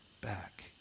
back